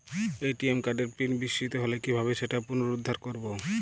ATM কার্ডের PIN বিস্মৃত হলে কীভাবে সেটা পুনরূদ্ধার করব?